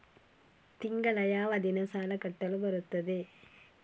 ತಿಂಗಳ ಯಾವ ದಿನ ಸಾಲ ಕಟ್ಟಲು ಬರುತ್ತದೆ?